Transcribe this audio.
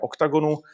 Oktagonu